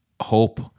hope